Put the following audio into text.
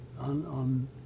on